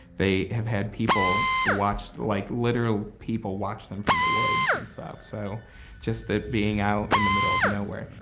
they have had people watch like literal people watch them from the woods and stuff. so just it being out in the middle of nowhere.